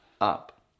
up